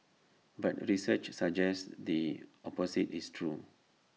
but research suggests the opposite is true